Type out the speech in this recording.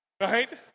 right